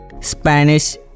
Spanish